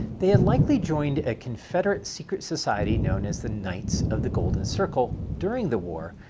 they had likely joined a confederate secret society known as the knights of the golden circle during the war,